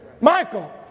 Michael